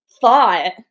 thought